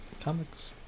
comics